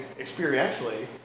experientially